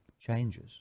changes